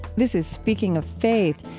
this is speaking of faith.